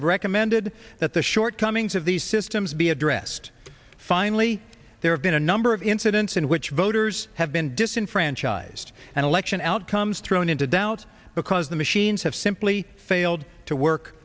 have recommended that the shortcomings of these systems be addressed finally there have been a number of incidents in which voters have been disenfranchised and election outcomes thrown into doubt because the machines have simply failed to work